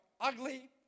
Ugly